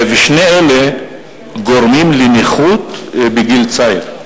ושתי אלה גורמות לנכות בגיל צעיר.